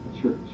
Church